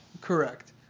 Correct